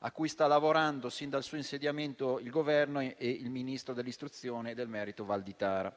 a cui sta lavorando, sin dal suo insediamento, il Governo e il ministro dell'istruzione e del merito Valditara.